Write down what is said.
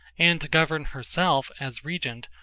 and to govern herself, as regent,